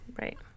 Right